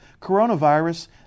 coronavirus